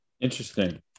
interesting